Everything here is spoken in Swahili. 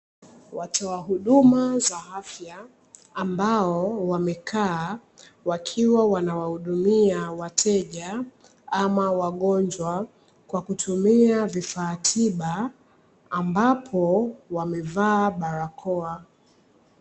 Watoa huduma za afya ambao wamekaa wakiwa wanawahudumia wateja ama wagonjwa kwa kutumia vifaa tiba ambapo wamevaa barakoa.